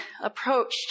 approached